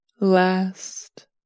last